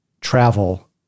travel